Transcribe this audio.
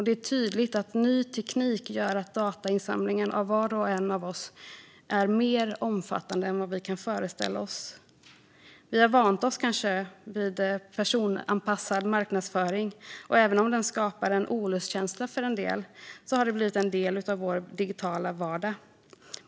Det är tydligt att ny teknik gör att datainsamlingen om var och en av oss är mer omfattande än vad vi kan föreställa oss. Vi har kanske vant oss vid personanpassad marknadsföring, och även om den skapar en olustkänsla för en del har den blivit en del av vår digitala vardag.